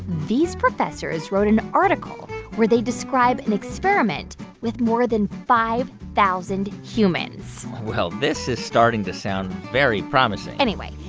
these professors wrote an article where they describe an experiment with more than five thousand humans well, this is starting to sound very promising anyway,